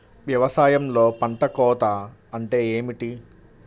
వ్యవసాయంలో పంట కోత అంటే ఏమిటి?